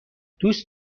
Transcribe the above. دوست